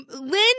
Lynn